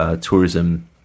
tourism